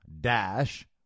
dash